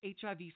HIV